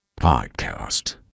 Podcast